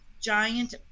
giant